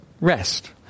rest